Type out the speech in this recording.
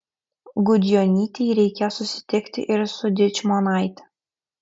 gudjonytei reikės susitikti ir su dičmonaite